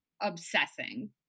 obsessing